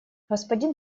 господин